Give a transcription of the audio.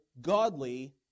godly